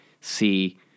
see